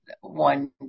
one